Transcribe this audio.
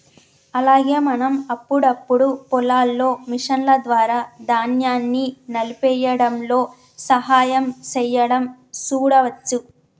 అలాగే మనం అప్పుడప్పుడు పొలాల్లో మిషన్ల ద్వారా ధాన్యాన్ని నలిపేయ్యడంలో సహాయం సేయడం సూడవచ్చు